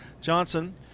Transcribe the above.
Johnson